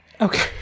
okay